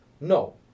No